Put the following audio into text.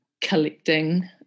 collecting